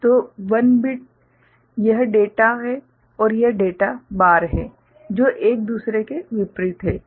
तो 1 बिट तो यह डेटा है और यह डेटा बार है जो एक दूसरे विपरीत है